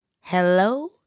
Hello